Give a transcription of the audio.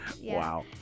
Wow